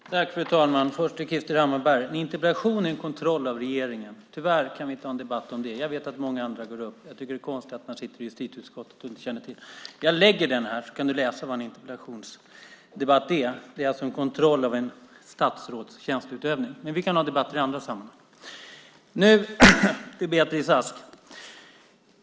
Fru talman! Först vill jag säga till Krister Hammarbergh att en interpellation är en kontroll av regeringen. Tyvärr kan vi inte ha en debatt om det. Jag vet att många andra går upp. Jag tycker att det är konstigt att man sitter i justitieutskottet och inte känner till detta. Jag lägger ett papper om detta här, så kan du läsa vad en interpellationsdebatt är. Det är alltså en kontroll av ett statsråds tjänsteutövning. Men vi kan ha debatter i andra sammanhang. Nu vänder jag mig till Beatrice Ask.